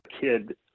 kid